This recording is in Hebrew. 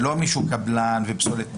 לא מדובר על קבלן, פסולת בניין,